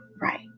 right